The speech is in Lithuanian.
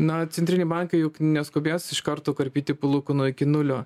na centriniai bankai juk neskubės iš karto karpyti palūkanų iki nulio